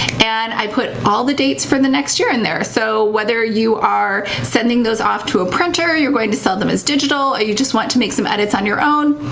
and i put all the dates for the next year in there. so whether you are sending those off to a printer, you're going to sell them as digital, or you just want to make some edits on your own,